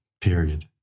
period